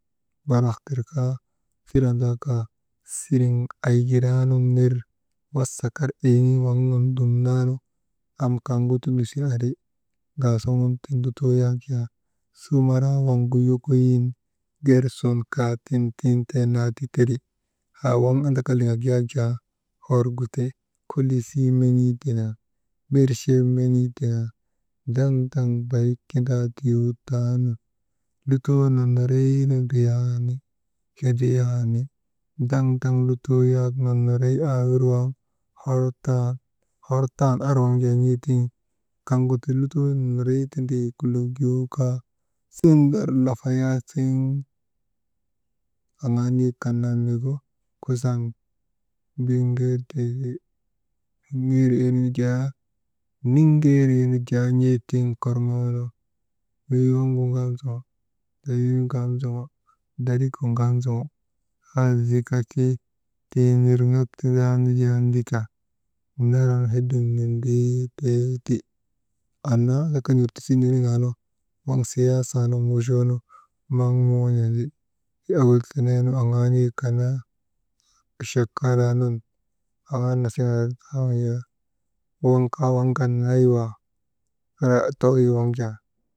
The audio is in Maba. Balak tirkaa tirandaa kaa siriŋ aygiraa nun ner wasa kar eyiŋ waŋ nun dumnaanu, am kaŋgu ti lusi andri ŋaasuŋun tiŋ lutoo yak jaa su maraa waŋgu yokoyin gersun kaa tintentee naa ti teri haa waŋ andaka, liŋak yak jaa horgu ti, kolisii menii dinaŋ mirchee menii dinaŋ daŋ, daŋ barik kindaa tiyoonu, lutoo nonnoroynu ndriyan kindriyani, daŋ, daŋ lutoo yak nonoroy aa wirwaŋ hortan, hortan ar waŋ jaa n̰eetiŋ kaŋgu tii lutoo nonorey ti ndrii kulak guyoo kaa, sundar lafayaa tiŋ aŋaa niyek kan naa miigu kusaŋ mbiŋgertee ti, «hesitation» niŋeeree nujaa n̰ee tiŋ wey waŋgu kaa jaa «hesitation» daligu ŋamsoŋo aa zika ti wey nirŋak tindaanu jaa mbika naran hedim nindriitee ti, annaa an n̰ortisii niniŋaa nu siyaasaa nun wochoonu naŋ moŋon̰andi, owol tenee nu aŋaa niyek kan naa chakaalaa nun aŋaa nasiŋandak laajaa waŋ kaa, waŋ kan nanay wa ŋaa toyi waŋ jaa.